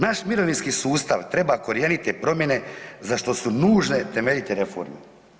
Naš mirovinski sustav treba korijenite promjene za što su nužne temeljite reforme.